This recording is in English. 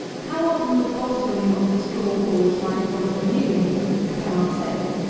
how often the bottom of the straw walls might want renewing i cannot say,